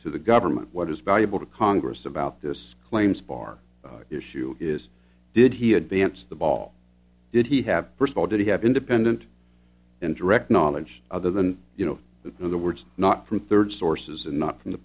to the government what is valuable to congress about this claims bar issue is did he advance the ball did he have first of all did he have independent and direct knowledge other than you know that the words not from third sources and not from the